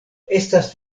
estas